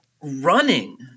running